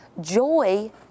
joy